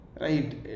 right